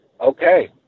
okay